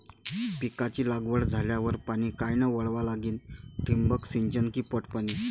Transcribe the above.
पिकाची लागवड झाल्यावर पाणी कायनं वळवा लागीन? ठिबक सिंचन की पट पाणी?